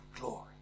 glory